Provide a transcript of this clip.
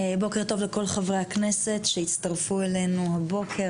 בוקר טוב לכל חברי הכנסת שהצטרפו אלינו הבוקר,